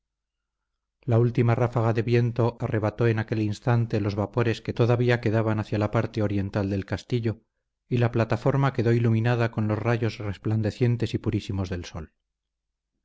la última ráfaga de viento arrebató en aquel instante los vapores que todavía quedaban hacia la parte oriental del castillo y la plataforma quedó iluminada con los rayos resplandecientes y purísimos del sol